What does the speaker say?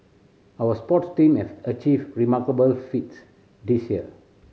our sports team have achieved remarkable feats this year